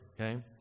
okay